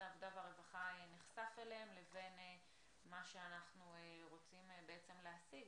העבודה והרווחה נחשף אליהם לבין מה שאנחנו רוצים להשיג.